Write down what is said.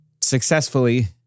successfully